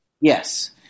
Yes